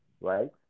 right